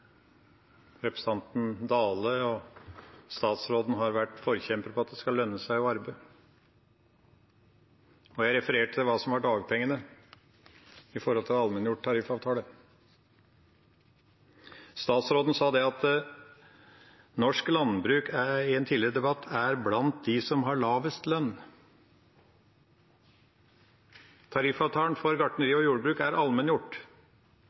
Representanten Dale og statsråden har vært forkjempere for at det skal lønne seg å arbeide. Jeg refererte til hva som var dagpengene i forhold til allmenngjort tariffavtale. Statsråden sa i en tidligere debatt at norsk landbruk er blant dem som har lavest lønn. Tariffavtalen for gartneri og jordbruk er allmenngjort.